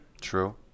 True